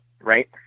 right